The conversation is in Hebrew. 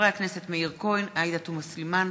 הכנסת מאיר כהן, עאידה תומא סלימאן,